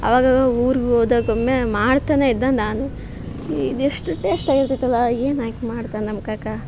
ಅವಾಗ ಊರಿಗೆ ಹೋದಾಗ ಒಮ್ಮೆ ಮಾಡ್ತಾನೆ ಇದ್ದ ನಾನು ಇದೆಷ್ಟು ಟೇಷ್ಟ್ ಆಗಿ ಇರ್ತೈತಲ್ಲ ಏನು ಹಾಕಿ ಮಾಡ್ತಾನ ನಮ್ಮ ಕಾಕ